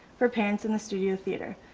for parents in the studio theater.